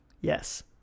Yes